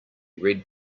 read